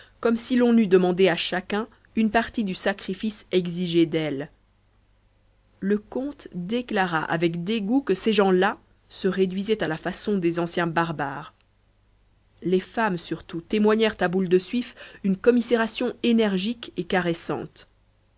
comme si l'on eût demandé à chacun une partie du sacrifice exigé d'elle le comte déclara avec dégoût que ces gens-là se conduisaient à la façon des anciens barbares les femmes surtout témoignèrent à boule de suif une commisération énergique et caressante